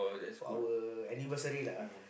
for our anniversary lah